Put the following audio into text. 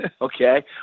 Okay